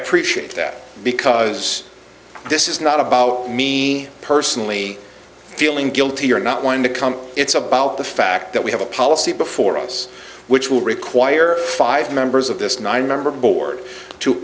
appreciate that because this is not about me personally feeling guilty or not wanting to come it's about the fact that we have a policy before us which will require five members of this nine member board to